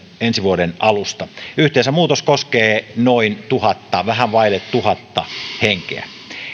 ensi vuoden alusta yhteensä muutos koskee noin tuhatta vähän vaille tuhatta henkeä